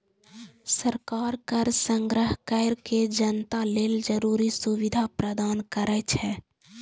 सरकार कर संग्रह कैर के जनता लेल जरूरी सुविधा प्रदान करै छै